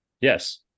Yes